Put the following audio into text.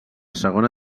segona